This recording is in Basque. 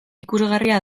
ikusgarria